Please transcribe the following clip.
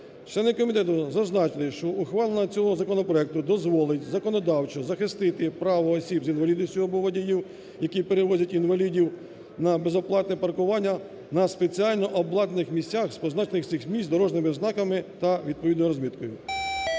Члени комітету зазначили, що ухвалення цього законопроекту дозолить законодавчо захистити право осіб з інвалідністю або водіїв, які перевозять інвалідів, на безоплатне паркування на спеціально обладнаних місцях з позначенням цих місць дорожніми знаками та відповідною розміткою.